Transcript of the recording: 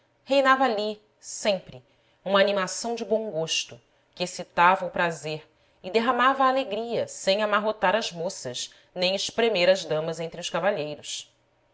reinava ali sempre uma animação de bom gosto que excitava o prazer e derramava a alegria sem amarrotar as moças nem espremer as damas entre os cavalheiros